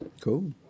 Cool